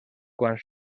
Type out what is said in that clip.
quan